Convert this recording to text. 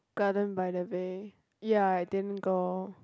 Gardens by the Bay ya I didn't go